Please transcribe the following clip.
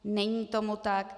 Není tomu tak.